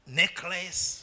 necklace